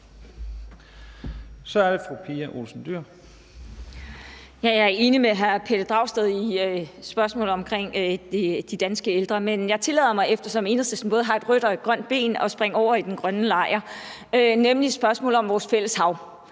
Kl. 15:12 Pia Olsen Dyhr (SF): Jeg er enig med hr. Pelle Dragsted i spørgsmålet omkring de danske ældre, men jeg tillader mig, eftersom Enhedslisten både har et rødt og et grønt ben, at springe over i den grønne lejr, nemlig til spørgsmålet om vores fælles hav.